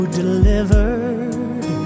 delivered